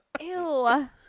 Ew